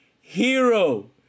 Hero